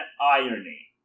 irony